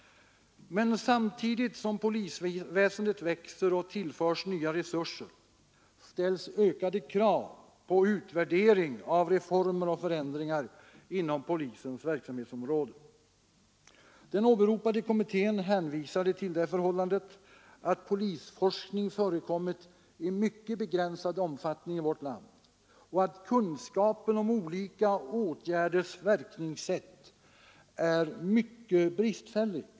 Men samtidigt som polisväsendet växer och tillförs nya resurser ställs ökade krav på en utvärdering av reformer och förändringar inom polisens verksamhetsområde. Den åberopade kommittén hänvisade till det förhållandet att polisforskning förekommit i mycket begränsad omfattning i vårt land och att kunskapen om olika åtgärders verkningssätt är mycket bristfällig.